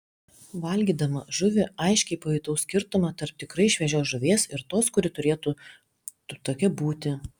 valgydama žuvį aiškiai pajutau skirtumą tarp tikrai šviežios žuvies ir tos kuri turėtų tokia būti